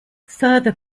further